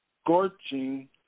scorching